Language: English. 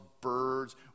birds